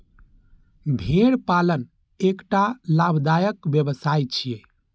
भेड़ पालन एकटा लाभदायक व्यवसाय छियै